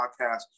podcast